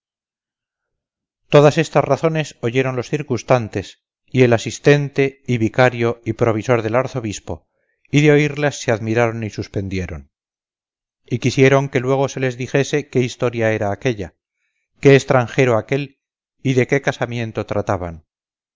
todas estas razones oyeron los circunstantes y el asistente y vicario y provisor del arzobispo y de oírlas se admiraron y suspendieron y quisieron que luego se les dijese que qué historia era aquella qué extranjero aquél y de qué casamiento trataban